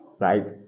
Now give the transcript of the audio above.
right